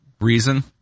reason